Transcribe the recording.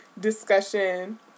discussion